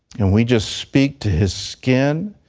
and we just speak to his skin.